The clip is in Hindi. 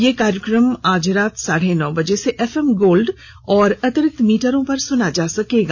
इस कार्यक्रम को आज रात साढ़े नौ बजे से एफएम गोल्ड और अतिरिक्त मीटरों पर सुना जा सकता है